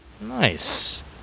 Nice